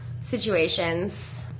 situations